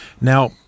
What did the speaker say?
Now